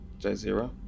Jazeera